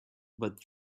but